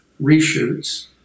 reshoots